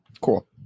cool